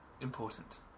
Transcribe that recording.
Important